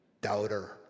doubter